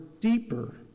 deeper